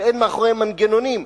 שאין מאחוריהם מנגנונים,